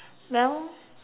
well